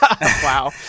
Wow